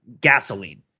gasoline